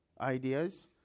Ideas